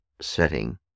setting